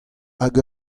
hag